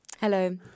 Hello